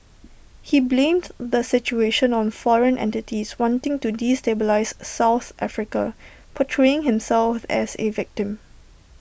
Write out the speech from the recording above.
he blamed the situation on foreign entities wanting to destabilise south Africa portraying himself as A victim